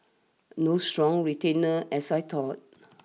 no strong retainers as I thought